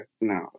no